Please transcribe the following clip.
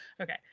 Okay